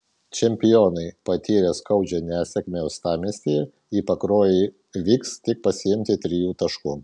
čempionai patyrę skaudžią nesėkmę uostamiestyje į pakruojį vyks tik pasiimti trijų taškų